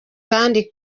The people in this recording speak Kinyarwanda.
kandi